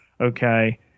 okay